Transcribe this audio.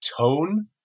tone